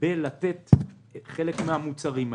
במתן חלק מהמוצרים האלה.